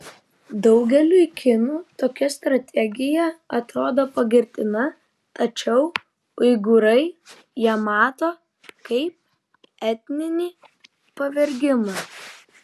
daugeliui kinų tokia strategija atrodo pagirtina tačiau uigūrai ją mato kaip etninį pavergimą